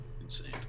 insane